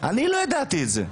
אני לא ידעתי את זה.